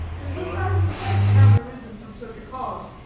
surprising effects have arisen from such a cause.